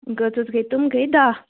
کٔژ حظ گٔے تِم گٔے دَہ